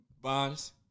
bonds